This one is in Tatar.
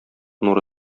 нуры